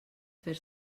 fer